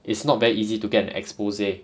it's not very easy to get expose